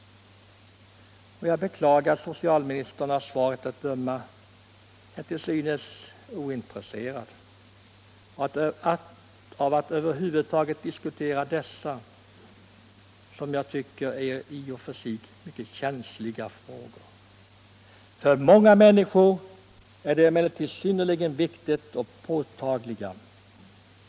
Jag beklagar att socialministern av svaret att döma är ointresserad av att över huvud taget diskutera dessa, som jag tycker, i och för sig mycket känsliga frågor. För många människor är de emellertid synnerligen viktiga och påtagliga.